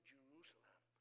Jerusalem